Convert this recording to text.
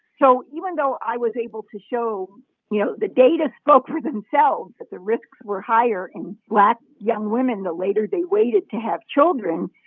so even though i was able to show you know, the data spoke for themselves that the risks were higher in black young women the later they waited to have children.